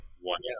one